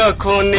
ah call